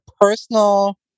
personal